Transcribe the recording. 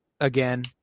again